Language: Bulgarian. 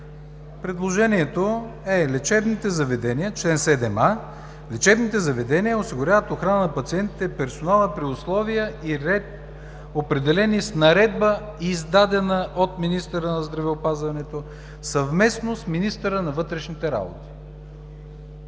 предложението. То е – чл. 7а: „Лечебните заведения осигуряват охрана на пациентите и персонала при условия и ред, определени с наредба, издадена от министъра на здравеопазването, съвместно с министъра на вътрешните работи“.